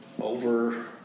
Over